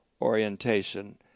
orientation